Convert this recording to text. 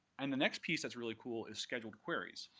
and the next piece that's really cool is scheduled queries.